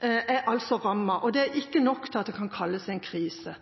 er altså rammet, og det er ikke nok til at det kan kalles en krise.